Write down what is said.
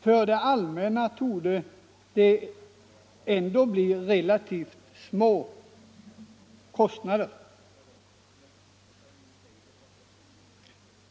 För det allmänna torde det ändå bli relativt små kostnader.